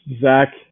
Zach